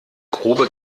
grube